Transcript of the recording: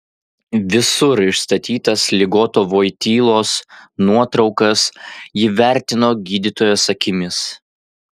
visur išstatytas ligoto voitylos nuotraukas ji vertino gydytojos akimis